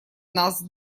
нас